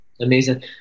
Amazing